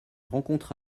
rencontre